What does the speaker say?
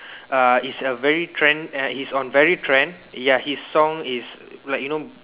uh it's a very trend uh it's on very trend ya his is song like you know